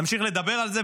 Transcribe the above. נמשיך לדבר על זה,